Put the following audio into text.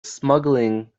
smuggling